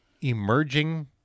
emerging